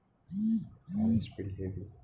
it's pretty heavy